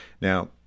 Now